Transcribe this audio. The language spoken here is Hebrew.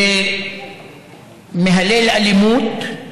כמהלל אלימות,